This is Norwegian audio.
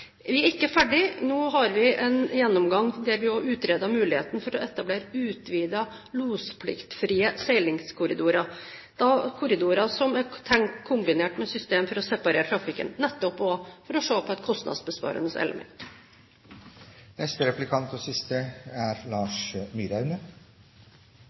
Vi er ikke ferdige. Nå har vi en gjennomgang der vi også utreder muligheten for å etablere utvidede lospliktfrie seilingskorridorer, som er tenkt kombinert med system for å separere trafikken, nettopp for å se på et kostnadsbesparende element. Statsråden var i sitt innlegg i dag inne på en rekke av de punktene som er